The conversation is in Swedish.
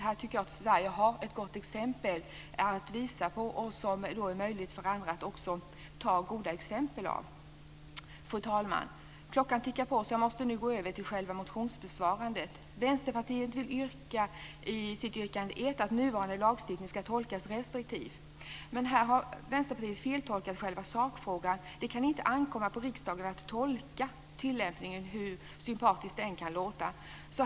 Här tycker jag att Sverige har ett gott exempel att visa upp som det också är möjligt för andra att lära sig av. Fru talman! Klockan tickar på, så jag måste nu gå över till själva motionsbesvarandet. Vänsterpartiet vill i sitt yrkande 1 att nuvarande lagstiftning ska tolkas restriktivt. Men här har Vänsterpartiet feltolkat själva sakfrågan. Det kan inte ankomma på riksdagen att tolka tillämpningen hur sympatiskt det än kan låta.